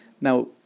Now